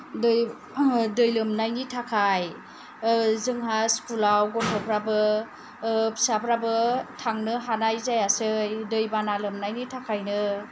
दै दै लोमनायनि थाखाय जोंहा स्कुलाव गथ'फ्राबो फिसाफोराबो थांनो हानाय जायासै दैबाना लोमनायनि थाखायनो